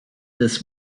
this